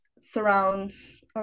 surrounds